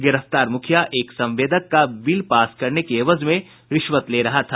गिरफ्तार मुखिया एक संवेदक का बिल पास करने के एवज में रिश्वत ले रहा था